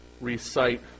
recite